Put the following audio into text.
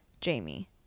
jamie